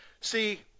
See